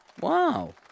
Wow